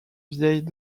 vieille